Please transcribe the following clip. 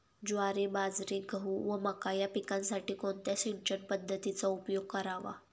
ज्वारी, बाजरी, गहू व मका या पिकांसाठी कोणत्या सिंचन पद्धतीचा उपयोग करावा?